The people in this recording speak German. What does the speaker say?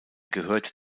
gehört